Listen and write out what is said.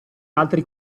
altri